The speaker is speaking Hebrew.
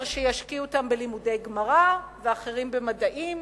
שישקיעו אותם בלימודי גמרא ואחרים במדעים